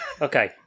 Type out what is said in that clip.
okay